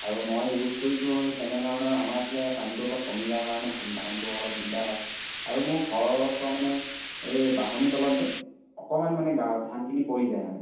আৰু মই ইউজ কৰিছোঁ এই তেনেধৰণৰ আমাৰ এইফালে পানীটো অলপ কমি যায় কাৰণে ধানটো অলপ দিগদাৰ হয় আৰু মোৰ ঘৰ ওচৰ মানে এই বাঁহনী তলত যে অকমান মানে ধানখিনি পৰি যায় মানে